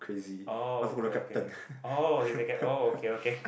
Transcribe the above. oh okay okay oh is oh okay okay